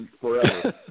forever